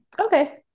Okay